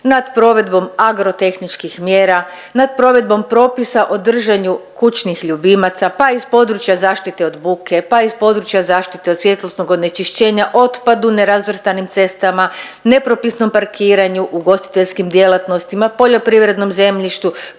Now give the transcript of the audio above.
nad provedbom agrotehničkih mjera, nad provedbom propisa o držanju kućnih ljubimaca, pa iz područja zaštite od buke, pa iz područja zaštite od svjetlosnog onečišćenja, otpadu, nerazvrstanim cestama, nepropisnom parkiranju, ugostiteljskim djelatnostima, poljoprivrednom zemljištu,